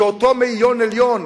כשאותו מאיון עליון